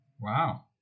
Wow